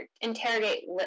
interrogate